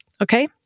Okay